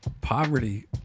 poverty